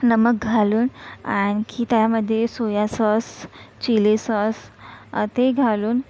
नमक घालून आणखी त्यामध्ये सोया सॉस चिली सॉस ते घालून